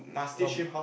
no